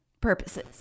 purposes